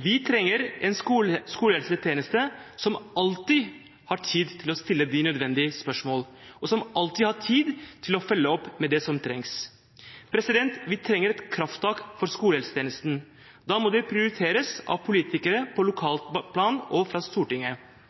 Vi trenger en skolehelsetjeneste som alltid har tid til å stille de nødvendige spørsmål, og som alltid har tid til å følge opp med det som trengs. Vi trenger et krafttak for skolehelsetjenesten. Da må dét prioriteres – av politikere på lokalt plan og av Stortinget.